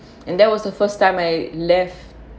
and that was the first time I left